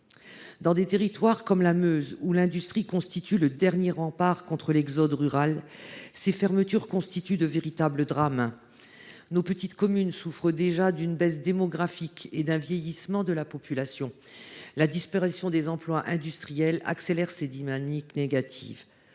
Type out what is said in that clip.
Dans des territoires comme la Meuse, où l’industrie constitue le dernier rempart contre l’exode rural, ces fermetures constituent de véritables drames. Nos petites communes souffrent déjà d’une baisse démographique et du vieillissement de leur population ; la disparition des emplois industriels contribue à l’accélération de ces dynamiques négatives.